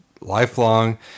lifelong